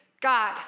God